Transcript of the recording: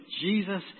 Jesus